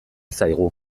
zaigu